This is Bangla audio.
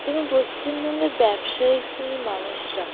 যেমন পশ্চিমবঙ্গের ব্যবসায়িক শ্রেণীর মানুষরা